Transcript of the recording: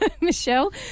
Michelle